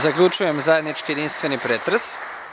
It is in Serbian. Zaključujem zajednički i jedinstveni pretres.